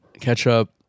ketchup